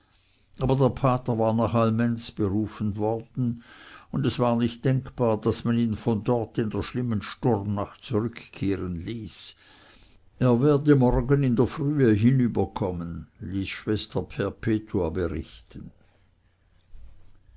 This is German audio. aber der pater war nach almens berufen worden und es war nicht denkbar daß man ihn von dort in der schlimmen sturmnacht zurückkehren ließ er werde morgen in der frühe hinüberkommen ließ schwester perpetua berichten